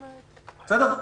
בסדר?